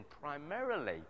primarily